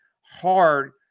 hard